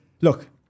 look